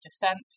descent